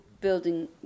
building